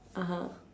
(uh huh)